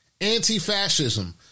Anti-fascism